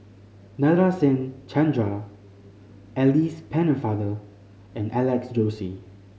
Nadasen Chandra Alice Pennefather and Alex Josey